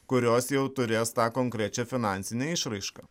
kurios jau turės tą konkrečia finansinę išraišką